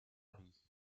hardie